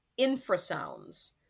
infrasounds